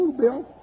Bill